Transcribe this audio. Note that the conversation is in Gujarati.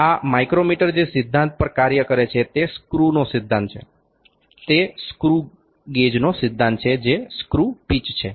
આ માઇક્રોમીટર જે સિદ્ધાંત પર કાર્ય કરે છે તે સ્ક્રુનો સિદ્ધાંત છે તે સ્ક્રુ ગેજનો સિદ્ધાંત છે જે સ્ક્રુ પિચ છે